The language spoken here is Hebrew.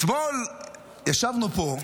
אתמול ישבנו פה,